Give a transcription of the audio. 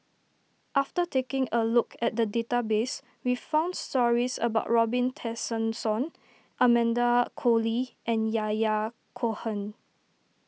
after taking a look at the database we found stories about Robin Tessensohn Amanda Koe Lee and Yahya Cohen